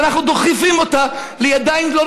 נא לאפשר לחבר הכנסת גליק.